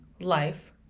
life